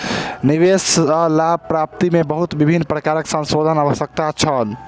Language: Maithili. निवेश सॅ लाभ प्राप्ति में बहुत विभिन्न प्रकारक संशोधन के आवश्यकता छल